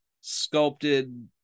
sculpted